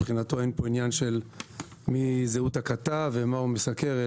מבחינתו אין עניין של מי זהות הכתב ומה הוא מסקר,